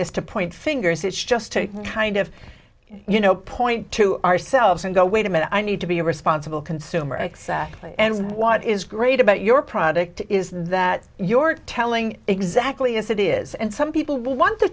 this to point fingers it's just to kind of you know point to ourselves and go wait a minute i need to be a responsible consumer exactly and what is great about your product is that your telling exactly as it is and some people will want the